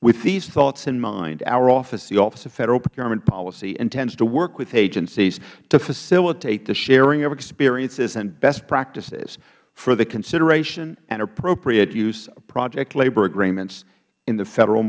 with these thoughts in mind our office the office of federal procurement policy intends to work with agencies to facilitate the sharing of experiences and best practices for the consideration and appropriate use of project labor agreements in the federal